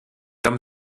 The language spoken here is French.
homme